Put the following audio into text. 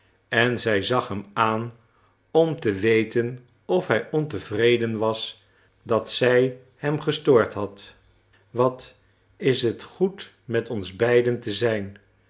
en zij zag hem aan om te weten of hij ontevreden was dat zij hem gestoord had wat is het goed met ons beiden te zijn